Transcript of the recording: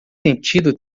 sentido